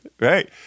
Right